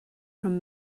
from